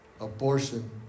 abortion